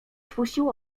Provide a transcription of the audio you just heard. spuścił